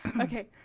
Okay